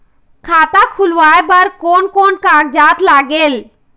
खाता खुलवाय बर कोन कोन कागजात लागेल?